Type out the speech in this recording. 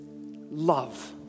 love